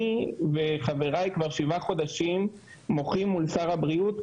אני וחבריי מזה שבעה חודשים מוחים כל יום שבת מול שר הבריאות.